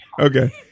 Okay